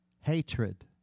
hatred